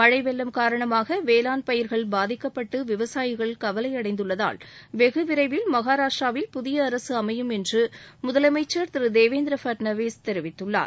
மழை வெள்ளம் காரணமாக வேளாண் பயிர்கள் பாதிக்கப்பட்டுள்ளதால் விவசாயிகள் கவலையடைந்துள்ளதால் வெகுவிரைவில் மகாராஷ்டிராவில் புதிய அரசு அமையும் என்று முதலமைச்சர் திரு தேவேந்திர பட்னாவிஸ் தெரிவித்துள்ளார்